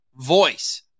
voice